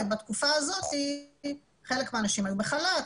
ובתקופה הזאת חלק מהאנשים היו בחל"ת,